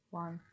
one